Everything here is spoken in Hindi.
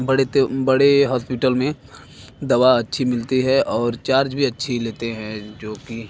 बड़े त्यो बड़े हौस्पिटल में दवा अच्छी मिलती है और चार्ज भी अच्छा लेते हैं जो कि